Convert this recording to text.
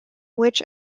which